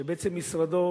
ובעצם משרדו